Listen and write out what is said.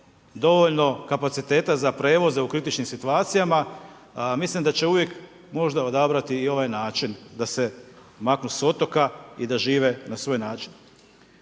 dovoljno kapaciteta za prijevoze u kritičnim situacijama, mislim da će uvijek možda odabrati i ovaj način da se maknu s otoka i da žive na svoj način.